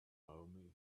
maumee